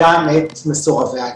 גם את מסורבי הגט.